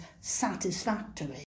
satisfactory